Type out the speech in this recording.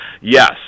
yes